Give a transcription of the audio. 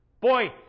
Boy